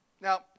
Now